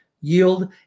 yield